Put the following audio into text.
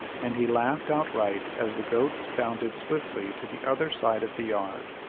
and he laughed outright as the goats bounded swiftly to the other side of the yard.